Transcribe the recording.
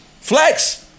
flex